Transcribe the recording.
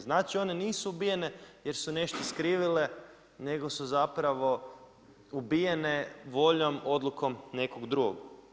Znači one nisu ubijene jer su nešto skrivile nego su zapravo ubijene voljom, odlukom nekog drugog.